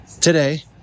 today